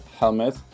helmet